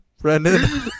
Brendan